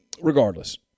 regardless